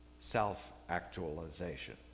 self-actualization